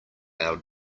our